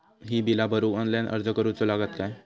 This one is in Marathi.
ही बीला भरूक ऑनलाइन अर्ज करूचो लागत काय?